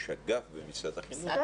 יש אגף במשרד החינוך.